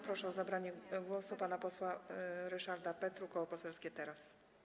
Proszę o zabranie głosu pana posła Ryszarda Petru, Koło Poselskie Teraz!